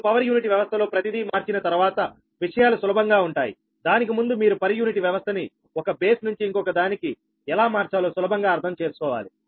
మీరు power unit వ్యవస్థలో ప్రతిదీ మార్చిన తర్వాత విషయాలు సులభంగా ఉంటాయిదానికి ముందు మీరు పర్ యూనిట్ వ్యవస్థ ని ఒక బేస్ నుంచి ఇంకొక దానికి ఎలా మార్చాలో సులభంగా అర్థం చేసుకోవాలి